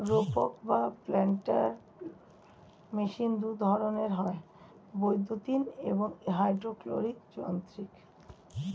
রোপক বা planter machine দুই ধরনের হয়, বৈদ্যুতিন এবং হাইড্রলিক যান্ত্রিক